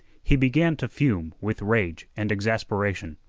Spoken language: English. he began to fume with rage and exasperation.